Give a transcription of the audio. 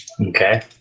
Okay